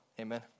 Amen